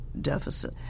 deficit